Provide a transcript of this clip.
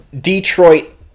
Detroit